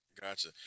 gotcha